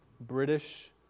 British